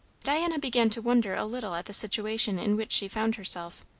diana began to wonder a little at the situation in which she found herself,